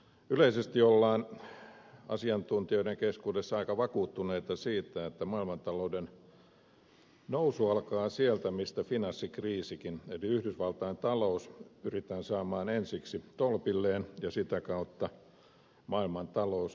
yleisesti ollaan asiantuntijoiden keskuudessa aika vakuuttuneita siitä että maailmantalouden nousu alkaa sieltä mistä finanssikriisikin eli yhdysvaltain talous pyritään saamaan ensiksi tolpilleen ja sitä kautta maailmantalouskin nousuun